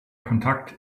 kontakt